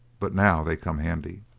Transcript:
but now they come handy.